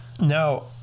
No